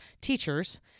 teachers